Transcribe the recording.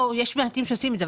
יש מעטים שעושים את זה,